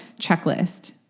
checklist